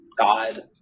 God